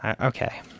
Okay